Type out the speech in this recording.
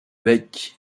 bec